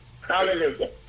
Hallelujah